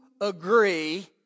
agree